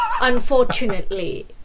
unfortunately